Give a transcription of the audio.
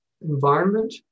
environment